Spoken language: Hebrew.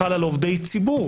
יש עוד דוברים.